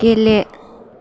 गेले